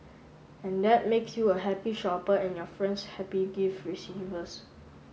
and that makes you a happy shopper and your friends happy gift receivers